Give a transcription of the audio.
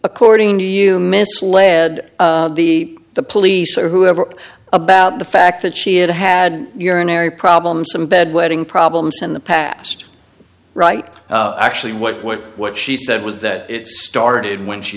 according to you misled the police or whoever about the fact that she had had urinary problems some bedwetting problems in the past right actually what what what she said was that it started when she